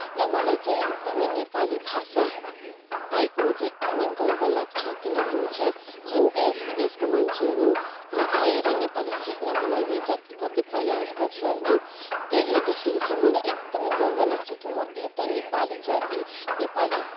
र मलाई चाहिँ एकदमै नेपाली भाषा पाएकोमा चाहिँ एकदमै गर्व लाग्छ किनभने चाहिँ जुन देश विदेशको मान्छेहरू आएर नेपाली सिक्नको लागि जति कति प्रयास गर्छ होइन त्यही हेर्दाखेरि चाहिँ मलाई एकदमै गर्व लाग्छ कि म एउटा नेपाली जाति नेपाली